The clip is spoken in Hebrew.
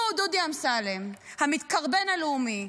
הוא, דודי אמסלם, המתקרבן הלאומי,